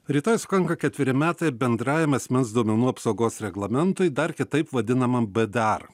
rytoj sukanka ketveri metai bendrajam asmens duomenų apsaugos reglamentui dar kitaip vadinamam bdar